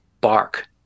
bark